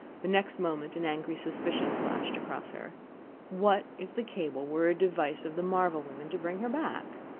the next moment an angry suspicion flashed across her what if the cable were a device of the marvell women to bring her back?